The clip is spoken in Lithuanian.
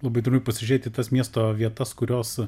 labai trumpai pasižiūrėt į tas miesto vietas kurios